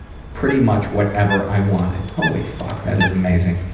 pretty much whatever i wanted. holy fuck, that is amazing.